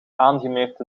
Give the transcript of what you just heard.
aangemeerd